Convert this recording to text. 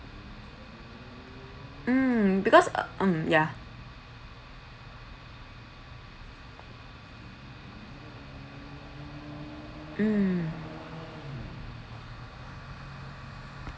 mm because uh mm ya mm